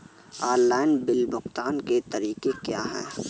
Online bill भुगतान के तरीके क्या हैं?